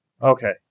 Okay